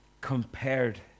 compared